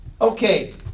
okay